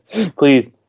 Please